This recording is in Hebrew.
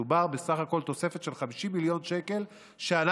מדובר בסך הכול בתוספת של 50 מיליון שקל שאנחנו